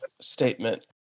statement